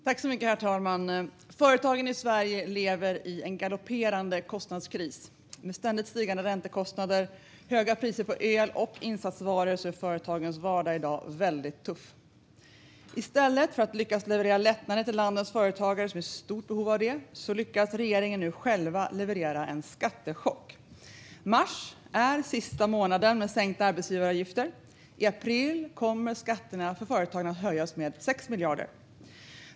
Herr talman! Företagen i Sverige lever i en galopperande kostnadskris. Med ständigt stigande räntekostnader och höga priser på el och insatsvaror är företagens vardag i dag väldigt tuff. I stället för att leverera lättnader till landets företagare, som är i stort behov av det, lyckas regeringen leverera en skattechock. Mars är sista månaden med sänkta arbetsgivaravgifter. I april kommer skatterna för företagen att höjas med 6 miljarder.